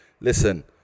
Listen